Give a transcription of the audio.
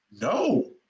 No